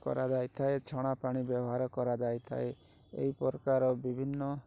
କରାଯାଇଥାଏ ଛଣା ପାଣି ବ୍ୟବହାର କରାଯାଇଥାଏ ଏହି ପ୍ରକାର ବିଭିନ୍ନ